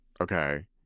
Okay